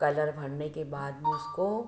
colour भरने के बाद में उसको